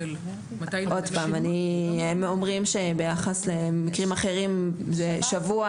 הם אומרים שביחס למקרים אחרים זה שבוע.